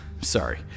sorry